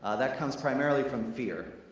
ah that comes primarily from fear.